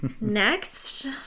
Next